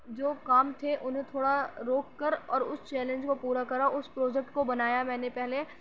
جو کام تھے انہیں تھوڑا روک کر اور اس چیلنج کو پورا کرا اس پروجیکٹ کو بنایا میں نے پہلے